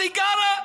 סידה,